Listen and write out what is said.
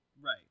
Right